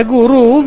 Guru